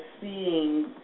seeing